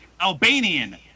Albanian